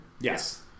Yes